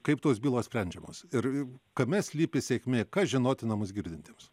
kaip tos bylos sprendžiamos ir kame slypi sėkmė kas žinotina mus girdintiems